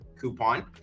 coupon